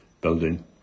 building